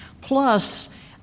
plus